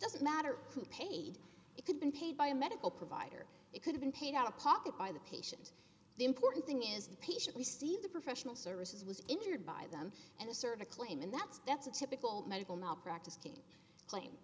doesn't matter who paid it could been paid by a medical provider it could have been paid out of pocket by the patient the important thing is the patient received the professional services was injured by them and assert a claim and that's that's a typical medical malpractise case claim